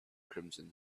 crimson